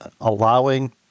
allowing